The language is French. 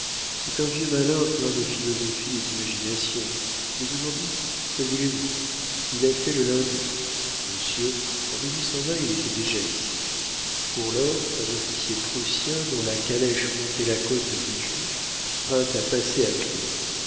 c'est un vieux malin plein de philosophie et d'imagination mais aujourd'hui que voulez-vous il a fait le lundi monsieur en il était déjà ici pour lors un officier prussien dont la calèche montait la côte de villejuif vint à passer à pied